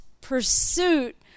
pursuit